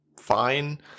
fine